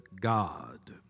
God